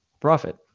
profit